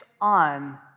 on